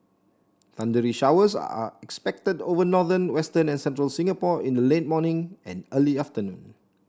thundery showers are expected over northern western and central Singapore in the late morning and early afternoon